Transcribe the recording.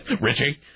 Richie